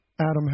Adam